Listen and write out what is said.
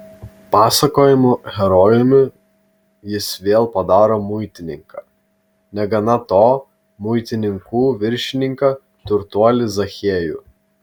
pasakojimo herojumi jis vėl padaro muitininką negana to muitininkų viršininką turtuolį zachiejų